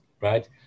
right